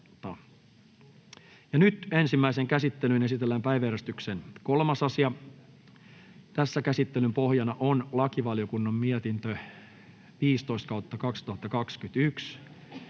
Ensimmäiseen käsittelyyn esitellään päiväjärjestyksen 3. asia. Käsittelyn pohjana on lakivaliokunnan mietintö LaVM 15/2021